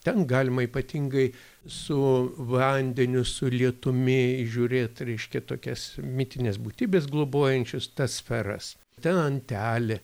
ten galima ypatingai su vandeniu su lietumi įžiūrėt reiškia tokias mitinės būtybės globojančios tas sferas ten antelė